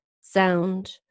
sound